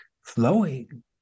flowing